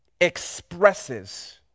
expresses